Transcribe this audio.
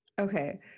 Okay